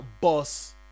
boss